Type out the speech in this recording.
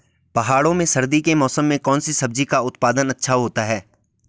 पहाड़ों में सर्दी के मौसम में कौन सी सब्जी का उत्पादन अच्छा होता है?